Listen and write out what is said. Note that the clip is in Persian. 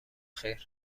خیر